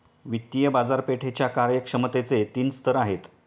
वित्तीय बाजारपेठेच्या कार्यक्षमतेचे तीन स्तर आहेत